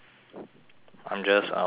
I'm just uh warning you